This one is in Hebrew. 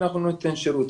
ואנחנו לא ניתן שירות.